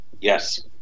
Yes